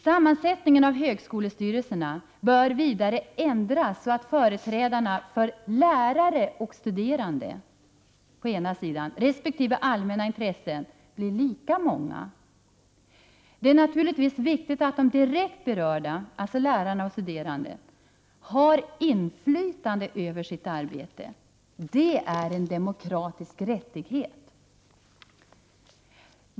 Sammansättningen av högskolestyrelserna bör vidare ändras, så att företrädarna för å ena sidan lärare och studerande resp. å andra sidan allmänna intressen blir lika många. Det är naturligtvis viktigt att de direkt berörda, alltså lärare och studerande, har inflytande över sitt arbete. Det är en demokratisk rättighet.